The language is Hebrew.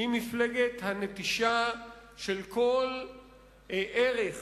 היא מפלגת הנטישה של כל ערך